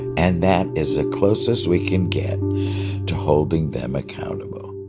and that is the closest we can get to holding them accountable